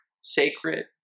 sacred